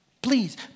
Please